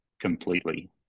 completely